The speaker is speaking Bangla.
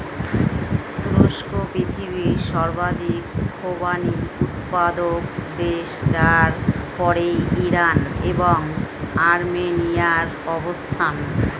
তুরস্ক পৃথিবীর সর্বাধিক খোবানি উৎপাদক দেশ যার পরেই ইরান এবং আর্মেনিয়ার অবস্থান